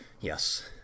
Yes